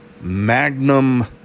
Magnum